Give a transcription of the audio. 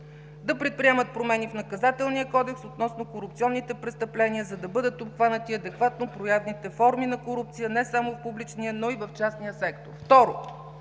да предприемат промени в Наказателния кодекс относно корупционните престъпления, за да бъдат обхванати адекватно проявените форми на корупция не само в публичния, но и в частния сектор.